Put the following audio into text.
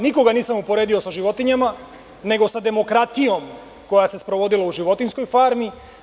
Nikoga nisam uporedio sa životinjama, nego sa demokratijom koja se sprovodila u „Životinjskoj farmi“